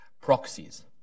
proxies